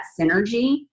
synergy